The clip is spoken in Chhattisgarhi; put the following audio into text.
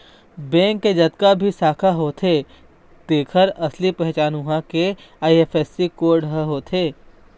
बेंक के जतका भी शाखा होथे तेखर असली पहचान उहां के आई.एफ.एस.सी कोड ह होथे